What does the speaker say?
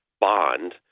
bond